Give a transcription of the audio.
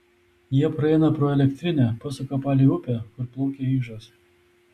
jie praeina pro elektrinę pasuka palei upę kur plaukia ižas